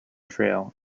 trail